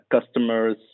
customers